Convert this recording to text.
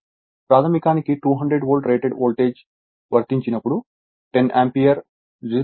ప్రాధమికానికి 200 volt rated voltage వర్తించినప్పుడు 10 ampere 0